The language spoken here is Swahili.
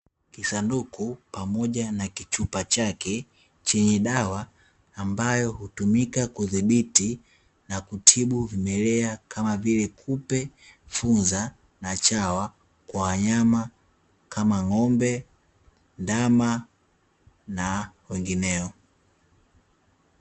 Kisanduku pamoja na kichupa chake chenye dawa ambayo hutumika kudhibiti na kutibu vimelea kama vile kupe, funza na chawa kwa wanyama kama ng'ombe, ndama na wengineo.